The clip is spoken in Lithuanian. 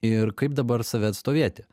ir kaip dabar save atstovėti